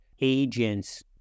agents